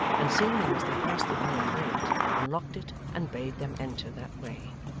and seeing them as they passed the iron gate, unlocked it, and bade them enter that way.